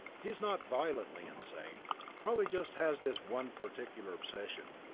he is not violently insane probably just has this one particular obsession.